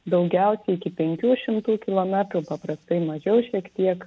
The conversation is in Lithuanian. daugiausiai iki penkių šimtų kilometrų paprastai mažiau šiek tiek